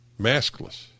Maskless